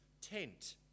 tent